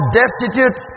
destitute